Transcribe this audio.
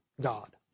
God